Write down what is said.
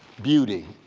beauty,